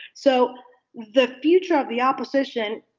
so the future of the opposition.